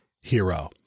hero